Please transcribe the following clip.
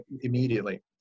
immediately